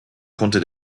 konnte